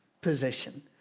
position